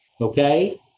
okay